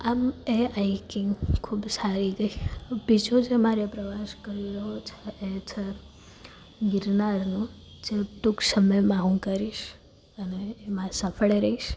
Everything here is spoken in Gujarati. આમ એ હાઈકિંગ ખૂબ સારી રહી બીજો જે મારે પ્રવાસ કરી રહ્યો છે એ છે ગિરનારનો જે ટૂંક સમયમાં હું કરીશ અને એમાં સફળે રહીશ